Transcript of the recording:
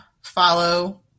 follow